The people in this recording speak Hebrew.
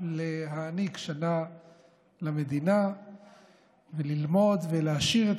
להעניק שנה למדינה וללמוד ולהעשיר את